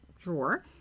drawer